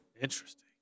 Interesting